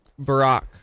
Barack